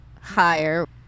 higher